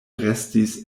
restis